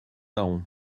laon